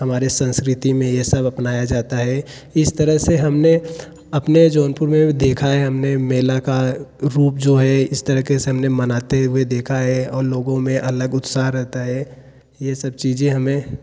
हमारी संस्कृति में ये सब अपनाया जाता है इस तरह से हमने अपने जौनपुर में भी देखा है हमने मेला का रूप जो है इस तरीके से हमने मनाते हुए देखा है और लोगों में अलग उत्साह रहता है ये सब चीज़ें हमें